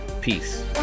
Peace